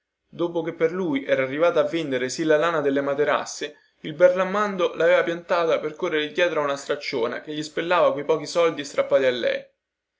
dopo che per lui era arrivata a vendere sin la lana delle materasse il bellarmando laveva piantata per correre dietro a una stracciona che gli spillava quei pochi soldi strappati a lei